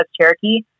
Cherokee